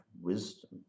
wisdom